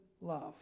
love